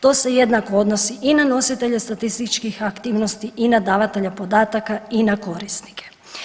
To se jednako odnosi i na nositelje statističkih aktivnosti i na davatelje podataka i na korisnike.